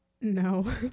no